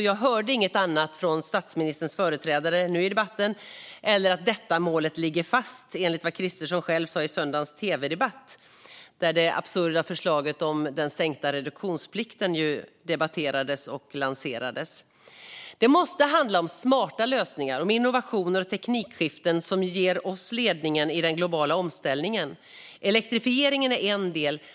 Jag hörde inget annat från statsministerns företrädare nu i debatten än att detta mål ligger fast enligt vad Kristersson själv sa i söndagens tv-debatt, där det absurda förslaget om den sänkta reduktionsplikten debatterades och lanserades. Det måste handla om smarta lösningar, om innovationer och teknikskiften som ger oss ledningen i den globala omställningen. Elektrifieringen är en del.